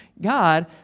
God